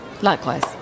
Likewise